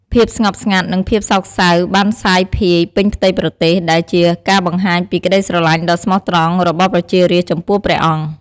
ភាពស្ងប់ស្ងាត់ និងភាពសោកសៅបានសាយភាយពេញផ្ទៃប្រទេស ដែលជាការបង្ហាញពីក្ដីស្រឡាញ់ដ៏ស្មោះត្រង់របស់ប្រជារាស្ត្រចំពោះព្រះអង្គ។